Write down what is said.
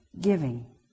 Giving